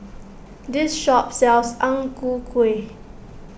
this shop sells Ang Ku Kueh